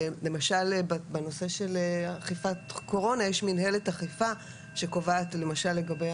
בנושא של אכיפת קורונה יש מינהלת אכיפה שקובעת לגבי